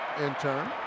intern